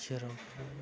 जेराव